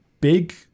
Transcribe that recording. big